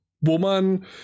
woman